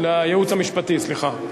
לייעוץ המשפטי, סליחה.